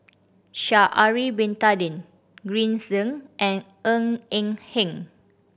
Sha'ari Bin Tadin Green Zeng and Ng Eng Hen